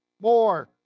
More